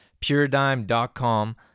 Puredime.com